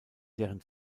deren